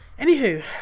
Anywho